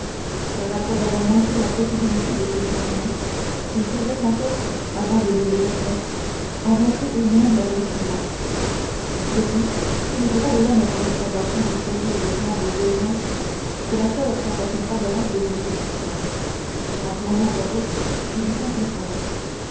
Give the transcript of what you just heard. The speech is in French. car après avoir montré la possibilité de ces changements il faudrait encore avant que de les admettre en montrer au moins la vraisemblance de plus si les bras de l'homme paraissent avoir pu lui servir de jambes au besoin c'est la seule observation favorable à ce système sur un grand nombre d'autres qui lui sont contraires